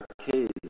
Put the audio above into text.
kids